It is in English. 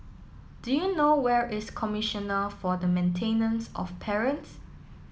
do you know where is Commissioner for the Maintenance of Parents